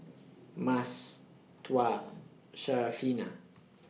Mas Tuah Syarafina